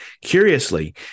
Curiously